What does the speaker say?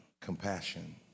Compassion